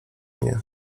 mnie